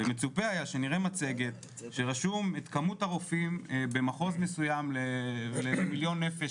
ומצופה היה שנראה מצגת שרשומה כמות הרופאים במחוז מסוים למיליון נפש,